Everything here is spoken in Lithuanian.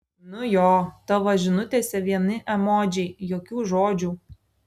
nu jo tavo žinutėse vieni emodžiai jokių žodžių